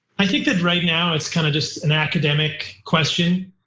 i think that right now it's kind of just an academic question.